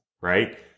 right